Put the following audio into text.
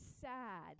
sad